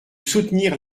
soutenir